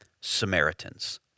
Samaritans